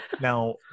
Now